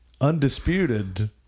Undisputed